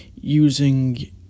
using